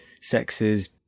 sexes